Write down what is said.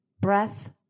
breath